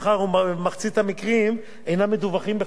מאחר שמחצית המקרים אינם מדווחים בכלל.